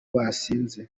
basinze